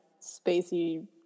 spacey